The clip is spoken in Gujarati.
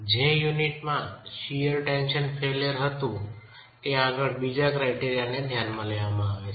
જે યુનિટમાં શીયર ટેન્શન ફેઇલ્યર હતું ત્યાં આગળ બીજા ક્રાયટેરિયાને ધ્યાનમાં લેવામાં આવે છે